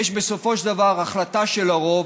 יש בסופו של דבר החלטה של הרוב,